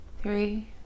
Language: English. three